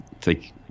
take